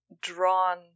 drawn